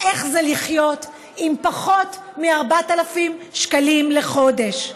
איך זה לחיות עם פחות מ-4,000 שקלים לחודש.